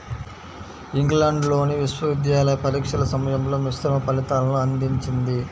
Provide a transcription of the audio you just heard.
ఇంగ్లాండ్లోని విశ్వవిద్యాలయ పరీక్షల సమయంలో మిశ్రమ ఫలితాలను అందించింది